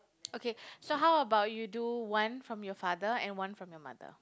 okay so how about you do one from your father and one from your mother